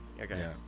Okay